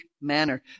manner